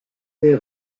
est